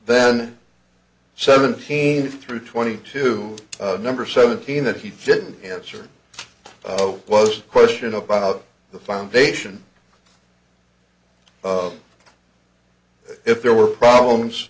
then seventeen through twenty two number seventeen that he didn't answer was a question about the foundation of if there were problems